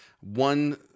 one